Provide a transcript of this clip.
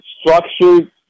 structured